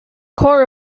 core